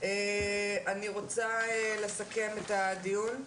אני רוצה לסכם את הדיון.